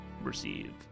receive